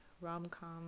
rom-com